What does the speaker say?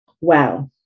Wow